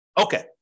Okay